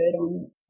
on